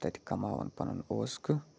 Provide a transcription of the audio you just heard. تَتہِ کماوَن پَنُن عوزکہٕ